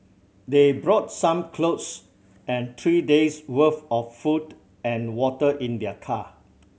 they brought some clothes and three days' worth of food and water in their car